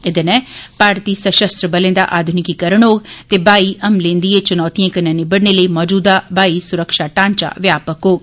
एदे नै भारती सशस्त्र बलें दा आध्निकीकरण होग ते हवाई हमले दियें च्नौतियें कन्नै निबइने लेई मौजूदा हवाई स्रक्षा ढांचा व्यापक होग